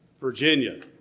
Virginia